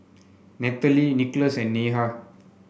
Nathalie Nicolas and Neha